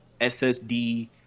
ssd